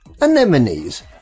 anemones